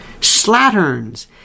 slatterns